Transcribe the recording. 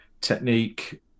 technique